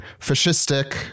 fascistic